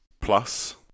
plus